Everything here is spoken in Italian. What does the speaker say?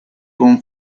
con